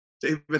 David